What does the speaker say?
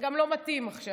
וגם לא מתאים עכשיו.